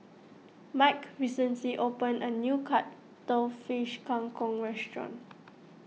Mike recently opened a new Cuttlefish Kang Kong restaurant